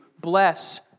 Bless